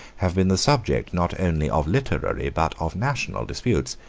have been the subject, not only of literary, but of national disputes.